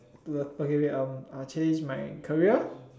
okay wait i'll i'll change my career